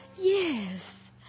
Yes